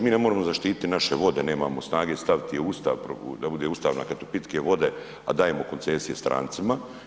Mi ne možemo zaštititi naše vode, nemamo snage staviti je u Ustav da bude Ustav, pitke vode, a dajemo koncesije strancima.